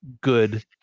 good